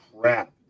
crap